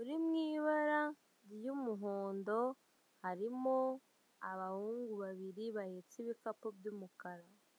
uri mu ibara ry'umuhondo harimo abahungu babiri bahetse ibikapu by'umukara.